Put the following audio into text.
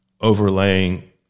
overlaying